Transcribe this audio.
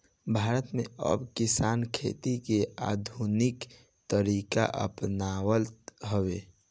भारत में अब किसान खेती के आधुनिक तरीका अपनावत हवे